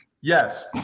Yes